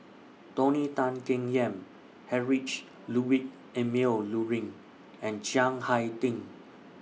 Tony Tan Keng Yam Heinrich Ludwig Emil Luering and Chiang Hai Ding